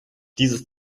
dieses